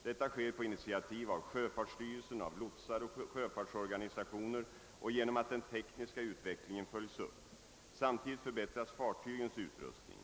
Detta sker på initiativ av sjöfartsstyrelsen, av lotsar och sjöfartsorganisationer och genom att den tekniska utvecklingen följs upp. Samtidigt förbättras fartygens utrustning.